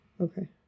Okay